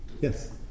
Yes